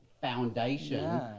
foundation